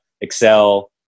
Excel